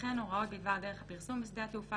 וכן הוראות בדבר דרך הפרסום בשדה התעופה